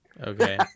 Okay